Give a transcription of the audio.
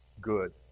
good